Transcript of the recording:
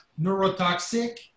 neurotoxic